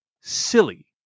silly